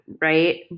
right